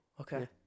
okay